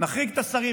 נחריג את השרים,